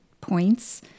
points